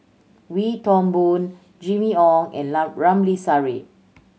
Wee Toon Boon Jimmy Ong and Ramli Sarip